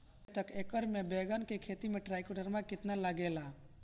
प्रतेक एकर मे बैगन के खेती मे ट्राईकोद्रमा कितना लागेला?